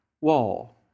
wall